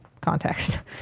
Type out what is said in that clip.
context